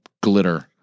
glitter